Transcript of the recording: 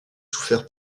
souffert